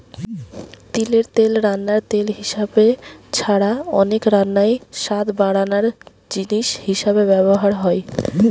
তিলের তেল রান্নার তেল হিসাবে ছাড়া অনেক রান্নায় স্বাদ বাড়ানার জিনিস হিসাবে ব্যভার হয়